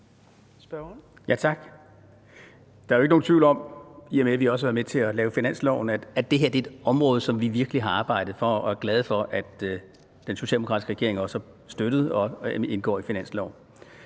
med til at lave finansloven, at det her er et område, som vi virkelig har arbejdet for, og vi er glade for, at den socialdemokratiske regering også har støttet det, og det indgår i finansloven.